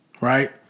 right